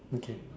okay